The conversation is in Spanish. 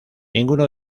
ninguno